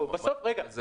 לי,